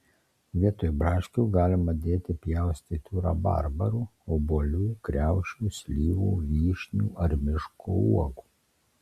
vietoj braškių galima dėti pjaustytų rabarbarų obuolių kriaušių slyvų vyšnių ar miško uogų